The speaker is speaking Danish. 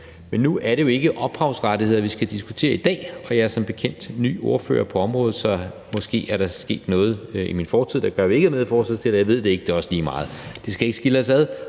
Men nu er det jo ikke ophavsrettigheder, vi skal diskutere i dag. Jeg er som bekendt ny ordfører på området, og måske er der sket noget i min fortid, der gør, at vi ikke er medforslagsstillere; jeg ved det ikke, og det er også lige meget. Det skal ikke skille os ad.